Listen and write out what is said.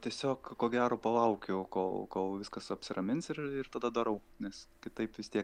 tiesiog ko gero palaukiau kol kol viskas apsiramins ir ir tada darau nes kitaip vis tiek